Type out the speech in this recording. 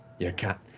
your cat.